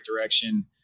direction